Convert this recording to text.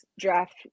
draft